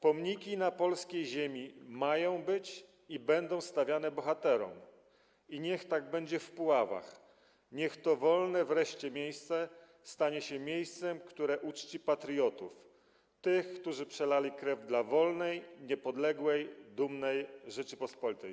Pomniki na polskiej ziemi mają być i będą stawiane bohaterom i niech tak będzie w Puławach, niech to wolne wreszcie miejsce stanie się miejscem, które uczci patriotów, tych, którzy przelali krew dla wolnej, niepodległej, dumnej Rzeczypospolitej.